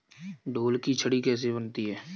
ढोल की छड़ी कैसे बनती है?